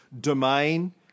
domain